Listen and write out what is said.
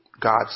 God's